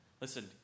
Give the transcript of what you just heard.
Listen